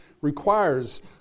requires